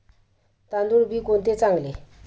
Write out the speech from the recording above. तांदूळ बी कोणते चांगले?